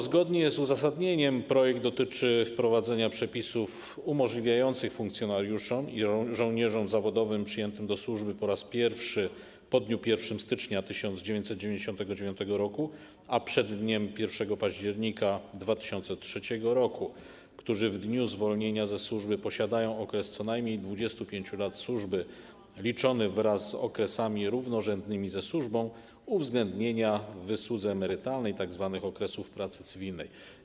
Zgodnie z uzasadnieniem projekt dotyczy wprowadzenia przepisów umożliwiających funkcjonariuszom i żołnierzom zawodowym przyjętym do służby po raz pierwszy po dniu 1 stycznia 1999 r., a przed dniem 1 października 2003 r., którzy w dniu zwolnienia ze służby posiadają okres co najmniej 25 lat służby liczony wraz z okresami równorzędnymi ze służbą, uwzględnienie w wysłudze emerytalnej tzw. okresów pracy cywilnej.